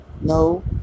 No